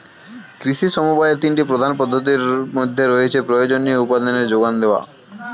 কৃষি সমবায়ের তিনটি প্রধান পদ্ধতির মধ্যে রয়েছে প্রয়োজনীয় উপাদানের জোগান দেওয়া